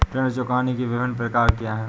ऋण चुकाने के विभिन्न प्रकार क्या हैं?